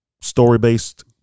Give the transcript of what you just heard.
story-based